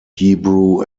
hebrew